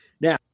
Now